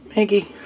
Maggie